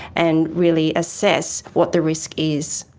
and really assess what the risk is.